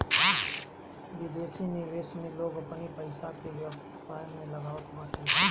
विदेशी निवेश में लोग अपनी पईसा के व्यवसाय में लगावत बाटे